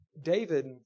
David